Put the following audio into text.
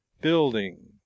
building